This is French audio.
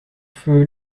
feu